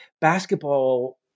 basketball